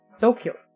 Tokyo